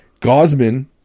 Gosman